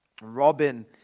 Robin